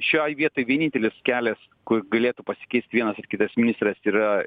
šioj vietoj vienintelis kelias kur galėtų pasikeist vienas ir kitas ministras yra